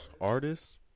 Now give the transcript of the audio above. artists